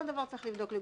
כל דבר צריך לבדוק לגופו.